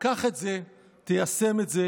קח את זה, תיישם את זה,